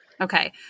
Okay